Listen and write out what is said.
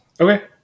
Okay